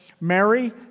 Mary